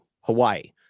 hawaii